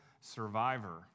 Survivor